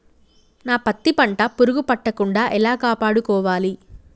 నా పత్తి పంట పురుగు పట్టకుండా ఎలా కాపాడుకోవాలి?